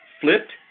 flipped